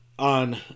on